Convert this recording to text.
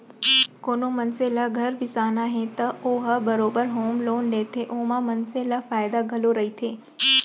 कोनो मनसे ल घर बिसाना हे त ओ ह बरोबर होम लोन लेथे ओमा मनसे ल फायदा घलौ रहिथे